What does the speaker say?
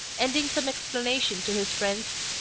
ending some explanation to his friends